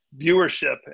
Viewership